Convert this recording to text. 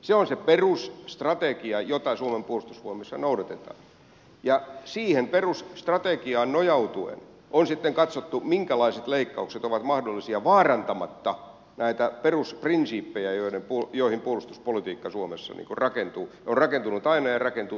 se on se perusstrategia jota suomen puolustusvoimissa noudatetaan ja siihen perusstrategiaan nojautuen on sitten katsottu minkälaiset leikkaukset ovat mahdollisia vaarantamatta näitä perusprinsiippejä joihin puolustuspolitiikka suomessa rakentuu on rakentunut aina ja rakentuu tästä eteenpäinkin